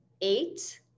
eight